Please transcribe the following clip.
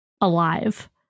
alive